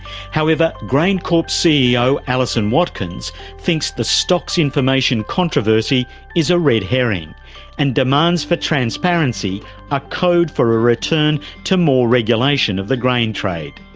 however, graincorp's ceo alison watkins thinks the stocks information controversy is a red herring and demands for transparency a code for a return to more regulation of the grain trade.